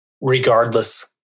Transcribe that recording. regardless